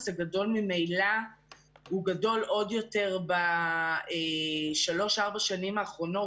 הגדול ממילא הוא גדול עוד יותר בשלוש-ארבע השנים האחרונות,